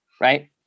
right